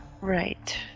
Right